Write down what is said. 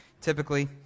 typically